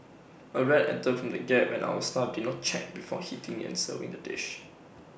A rat entered from the gap and our staff did not check before heating and serving the dish